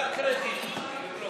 זה בלוף.